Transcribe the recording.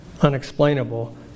unexplainable